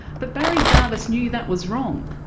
but barry jarvis knew that was wrong,